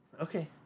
Okay